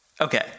Okay